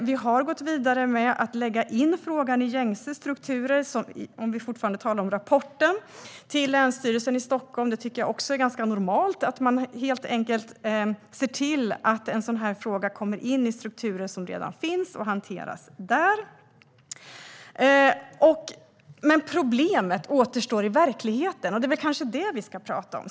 Vi har gått vidare med att lägga in frågan - om vi fortfarande talar om rapporten - i gängse strukturer, till exempel hos länsstyrelsen i Stockholm. Det tycker jag är ganska normalt - att man ser till att en sådan här fråga kommer in i strukturer som redan finns och hanteras där. Men problemet kvarstår i verkligheten, och det är kanske det vi ska prata om.